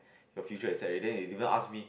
your future is set already they even ask me